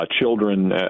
children